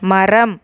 மரம்